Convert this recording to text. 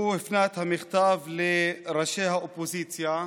הוא הפנה את המכתב לראשי האופוזיציה,